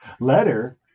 letter